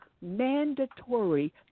mandatory